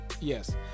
yes